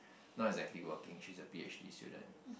not exactly working she's a p_h_d student